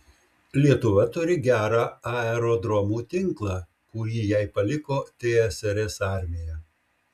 lietuva turi gerą aerodromų tinklą kurį jai paliko tsrs armija